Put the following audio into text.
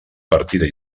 partida